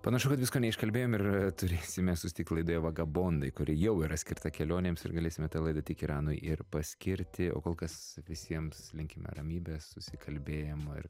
panašu kad visko neiškalbėjom ir turėsime susitikt laidoje vagabondai kuri jau yra skirta kelionėms ir galėsime tą laidą tik iranui ir paskirti o kol kas visiems linkime ramybės susikalbėjimo ir